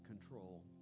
control